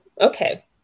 okay